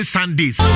Sundays